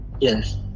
Yes